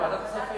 ועדת הכספים.